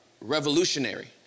revolutionary